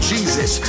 Jesus